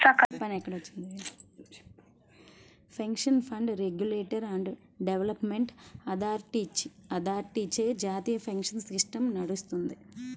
pension fund regulatory and development అథారిటీచే జాతీయ pension system నడుత్తది